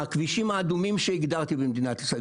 הכבישים האדומים שהגדרתי במדינת ישראל,